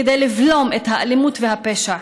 כדי לבלום את האלימות והפשע,